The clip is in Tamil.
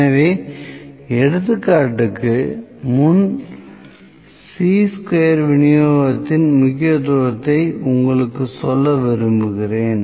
எனவே எடுத்துக்காட்டுக்கு முன் சீ ஸ்கொயர் விநியோகத்தின் முக்கியத்துவத்தை உங்களுக்குச் சொல்ல விரும்புகிறேன்